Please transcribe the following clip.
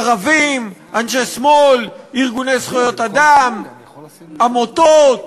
ערבים, אנשי שמאל, ארגוני זכויות אדם, עמותות,